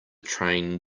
train